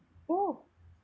oh